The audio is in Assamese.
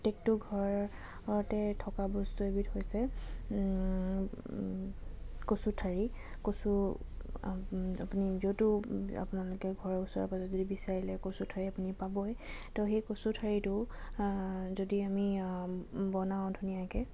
প্ৰত্যেকটো ঘৰতে থকা বস্তু এইবিধ হৈছে কচু ঠাৰি কচু আপুনি য'তো আপোনালোকে ঘৰৰ ওচৰে পাঁজৰে যদি বিচাৰিলে কচু ঠাৰি আপুনি পাবই ত' সেই কচু ঠাৰিটো যদি আমি বনাওঁ ধুনীয়াকৈ